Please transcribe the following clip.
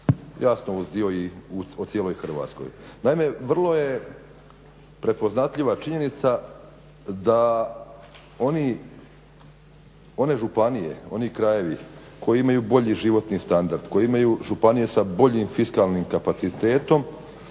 Jasno uz dio i o cijeloj Hrvatskoj. Naime, vrlo je prepoznatljiva činjenica da one županije, oni krajevi koji imaju bolji životni standard, koji imaju županije sa boljim fiskalnim kapacitetom,